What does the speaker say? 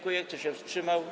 Kto się wstrzymał?